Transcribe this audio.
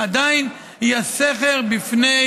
עדיין היא הסכר בפני